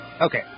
Okay